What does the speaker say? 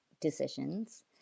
decisions